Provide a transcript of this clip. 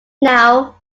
now